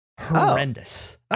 horrendous